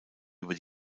über